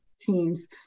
teams